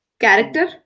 character